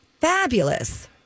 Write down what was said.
fabulous